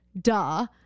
duh